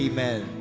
Amen